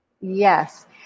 Yes